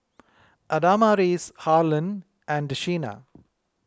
Adamaris Harlen and Sheena